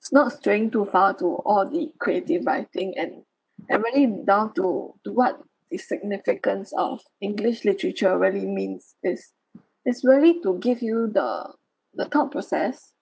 it's not straying too far to all the creative writing and and really down to to what the significance of english literature really means is is really to give you the the thought process